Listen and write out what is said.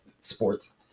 sports